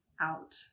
out